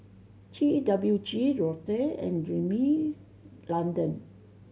T W G Lotte and Rimmel London